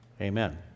Amen